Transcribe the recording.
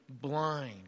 blind